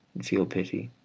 and feel pity,